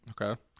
okay